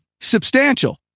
Substantial